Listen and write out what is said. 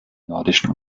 nordischen